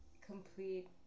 complete